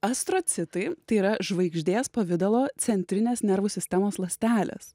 astrocitai tai yra žvaigždės pavidalo centrinės nervų sistemos ląstelės